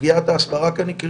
סוגיית ההסברה כאן היא קריטית.